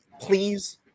please